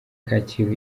kacyiru